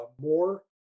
more